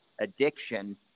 addiction